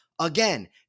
Again